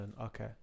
Okay